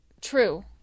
True